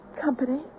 company